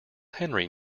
henry